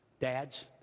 Dads